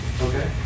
Okay